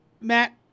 Matt